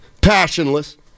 Passionless